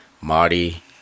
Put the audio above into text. marty